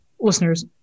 listeners